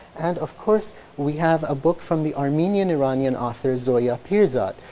and of course we have a book from the armenian iranian author, zuya pirzad,